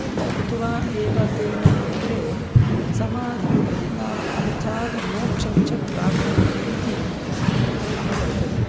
तद्भुक्त्वा एव तेन अग्रे समाधिं प्रति नाम अर्थात् मोक्षञ्च प्राप्नोति इति क्रमः वर्तते